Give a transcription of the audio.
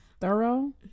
Thorough